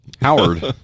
Howard